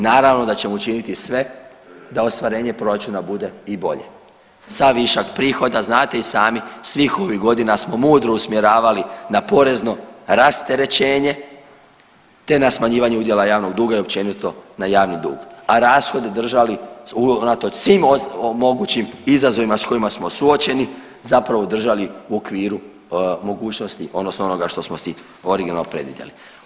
Naravno da ćemo učiniti sve da ostvarenje proračuna bude i bolje, sa višak prihoda znate i sami svih ovih godina smo mudro usmjeravali na porezno rasterećenje te na smanjivanje udjela javnog duga i općenito na javni dug, a rashode držali unatoč svim mogućim izazovima s kojima smo suočeni, zapravo držali u okviru mogućnosti odnosno onoga što smo originalno predvidjeli.